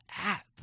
app